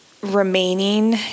remaining